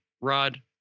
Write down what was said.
Rod